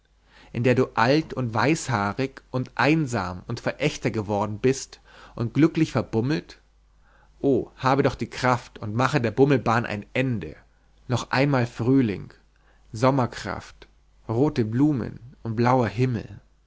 in der du alt und weißhaarig und einsam und verächter geworden bist und glücklich verbummelt o habe doch die kraft und mache der bummelbahn ein ende noch einmal frühling sommerkraft rote blumen und blauer himmel